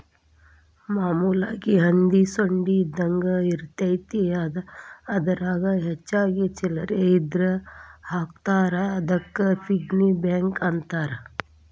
ಮಾಮೂಲಾಗಿ ಹಂದಿ ಸೊಂಡಿ ಇದ್ದಂಗ ಇರತೈತಿ ಅದರಾಗ ಹೆಚ್ಚಿಗಿ ಚಿಲ್ಲರ್ ಇದ್ರ ಹಾಕ್ತಾರಾ ಅದಕ್ಕ ಪಿಗ್ಗಿ ಬ್ಯಾಂಕ್ ಅಂತಾರ